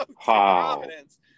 Providence